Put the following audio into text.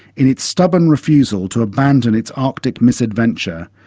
in its stubborn refusal to abandon its arctic misadventure,